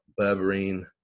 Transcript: berberine